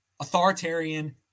authoritarian